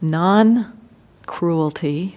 non-cruelty